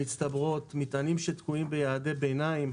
שמצטברות, מטענים שתקועים ביעדי ביניים.